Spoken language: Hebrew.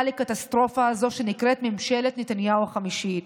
לקטסטרופה הזו שנקראת ממשלת נתניהו החמישית.